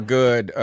good